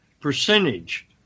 percentage